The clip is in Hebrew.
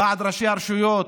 ועד ראשי הרשויות,